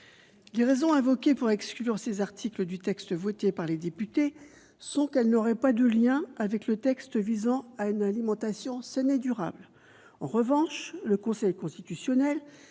Les raisons invoquées pour exclure ces articles du texte voté par les députés sont qu'ils n'auraient pas de lien avec le texte visant à une alimentation saine et durable. En revanche, le Conseil constitutionnel